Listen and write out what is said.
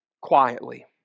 Quietly